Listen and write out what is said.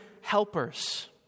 helpers